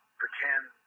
pretend